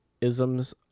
isms